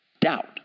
doubt